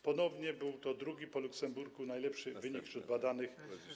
Ponownie był to drugi po Luksemburgu najlepszy wynik wśród badanych.